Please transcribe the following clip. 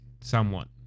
somewhat